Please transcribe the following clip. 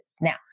Now